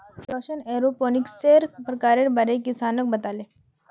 रौशन एरोपोनिक्सेर प्रकारेर बारे किसानक बताले